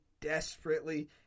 desperately